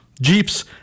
Jeeps